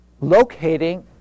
locating